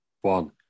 one